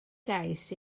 gais